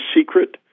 secret